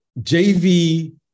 JV